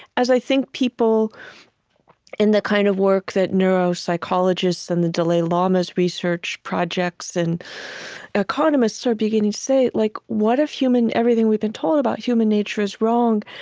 as i think people in the kind of work that neuropsychologists and the dalai lama's research projects and economists are beginning to say, like what if everything we've been told about human nature is wrong,